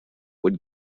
would